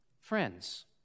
Friends